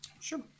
Sure